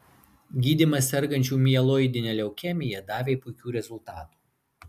gydymas sergančių mieloidine leukemija davė puikių rezultatų